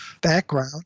background